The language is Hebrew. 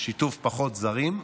שיתוף פחות זרים,